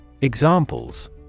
examples